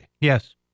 Yes